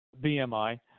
BMI